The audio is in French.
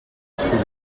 sous